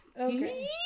okay